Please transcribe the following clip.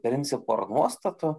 principo ar nuostatų